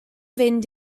fynd